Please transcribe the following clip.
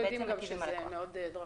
זה היה מאוד דרקוני,